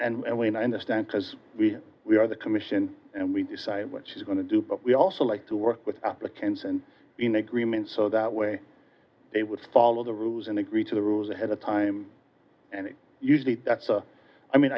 listen and we now understand because we are the commission and we decide what she's going to do but we also like to work with applicants and in agreement so that way they would follow the rules and agree to the rules ahead of time and usually that's so i mean